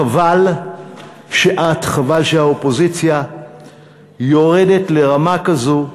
חבל שאת, חבל שהאופוזיציה יורדת לרמה כזו.